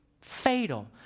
Fatal